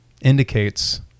indicates